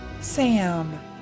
Sam